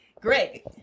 Great